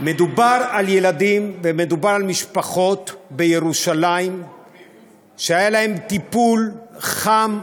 מדובר על ילדים ומדובר על משפחות בירושלים שהיה להם טיפול חם,